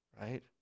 Right